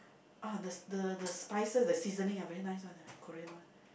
ah the the the spices the seasoning ah very nice one eh Korean one